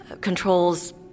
controls